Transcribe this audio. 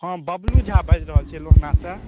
हँ बबलू झा बाजि रहल छी लोहनासँ